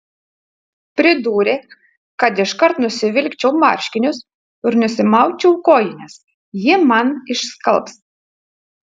pridūrė kad iškart nusivilkčiau marškinius ir nusimaučiau kojines ji man išskalbs